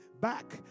back